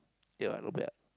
K what not bad